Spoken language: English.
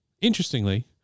interestingly